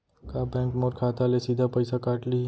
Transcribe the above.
का बैंक मोर खाता ले सीधा पइसा काट लिही?